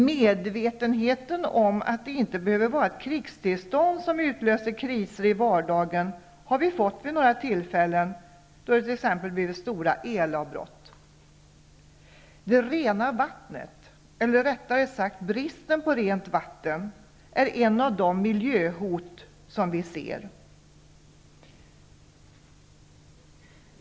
Medvetenhet om att det inte behöver vara ett krigstillstånd som utlöser kriser i vardagen har vi fått vid några tillfällen, t.ex. då det blivit stora el-avbrott. Bristen på rent vatten är ett av de miljöhot som vi ser.